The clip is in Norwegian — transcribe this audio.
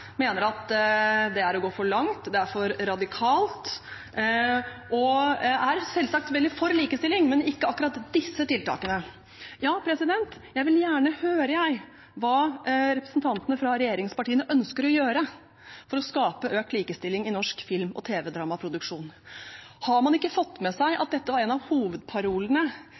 mener at det er å gå for langt og for radikalt. De er selvsagt veldig for likestilling, men ikke akkurat disse tiltakene. Jeg vil gjerne høre hva representantene fra regjeringspartiene ønsker å gjøre for å skape økt likestilling i norsk film- og tv-dramaproduksjon. Har man ikke fått med seg at dette var en av hovedparolene